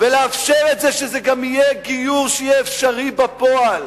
ולאפשר שזה גם יהיה גיור אפשרי בפועל.